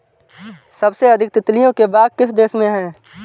सबसे अधिक तितलियों के बाग किस देश में हैं?